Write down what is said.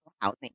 housing